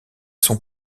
son